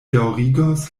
daŭrigos